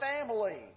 family